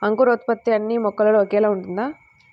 అంకురోత్పత్తి అన్నీ మొక్కలో ఒకేలా ఉంటుందా?